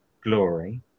glory